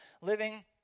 living